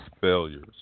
failures